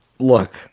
Look